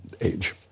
age